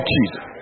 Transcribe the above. Jesus